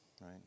right